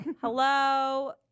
Hello